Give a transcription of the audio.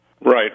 Right